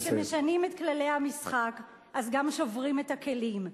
כשמשנים את כללי המשחק, אז גם שוברים את הכלים,